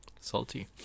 Salty